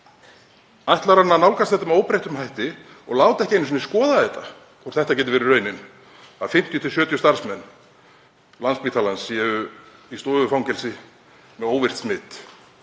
Ætlar hann að nálgast þetta með óbreyttum hætti og ekki einu sinni láta skoða hvort það geti verið raunin að 50 til 70 starfsmenn Landspítalans séu í stofufangelsi með óvirkt smit?